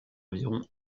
environ